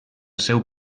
seu